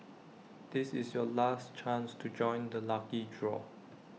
this is your last chance to join the lucky draw